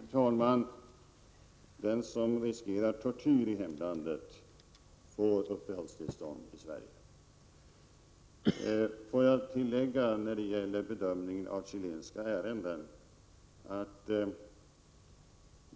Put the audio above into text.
Herr talman! Den som riskerar tortyr i hemlandet får uppehållstillstånd i Sverige. Låt mig tillägga, när det gäller bedömningen av chilenska ärenden, att